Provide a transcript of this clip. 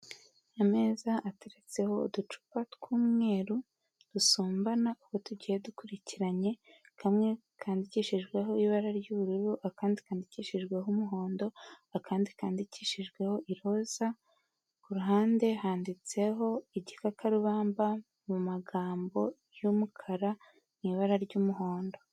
Ameza ateretseho uducupa tw'umweru, dusumbana uko tugiye dukurikiranye, kamwe kandikishijweho ibara ry'ubururu, akandi kandikishijweho umuhondo, akandi kandikishijweho iroza, ku ruhande handitseho igikakarubamba mu magambo y'umukara mu ibara ry'umuhondo.